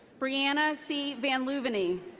brianna c. vanluvanee.